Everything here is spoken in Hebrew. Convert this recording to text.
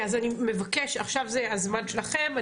עכשיו זה הזמן שלכם.